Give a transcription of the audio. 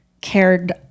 cared